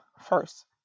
first